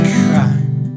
crime